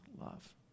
love